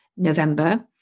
November